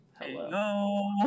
hello